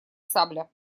сабля